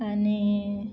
आनी